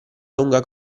lunga